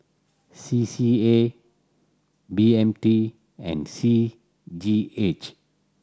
C C A B M T and C G H